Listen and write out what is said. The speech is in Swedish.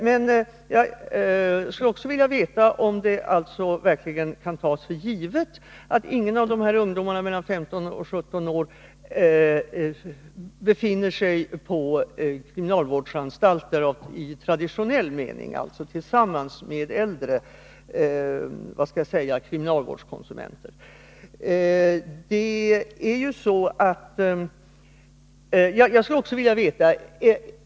Jag skulle också vilja veta om det verkligen kan tas för givet att ingen av dessa ungdomar mellan 15 och 17 år befinner sig på kriminalvårdsanstalter i traditionell mening, alltså tillsammans med äldre ”kriminalvårdskonsumenter”.